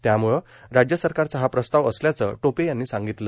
त्यामुळे राज्यसरकारचा हा प्रस्ताव असल्याचं टोपे यांनी सांगितलं